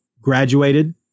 graduated